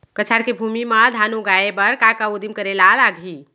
कछार के भूमि मा धान उगाए बर का का उदिम करे ला लागही?